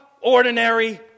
ordinary